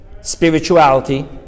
spirituality